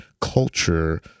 culture